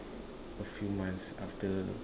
a few months after